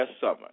summer